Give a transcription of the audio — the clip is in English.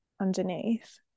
underneath